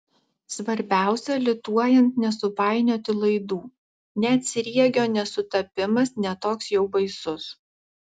svarbiausia lituojant nesupainioti laidų net sriegio nesutapimas ne toks jau baisus